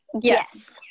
Yes